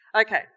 Okay